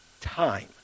time